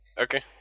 Okay